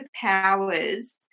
powers